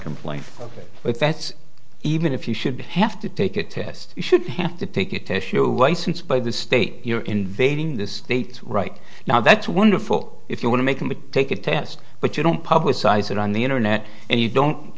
complaint if that's even if you should have to take a test you should have to take it to show licensed by the state you're invading the states right now that's wonderful if you want to make me take a test but you don't publicize it on the internet and you don't